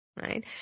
Right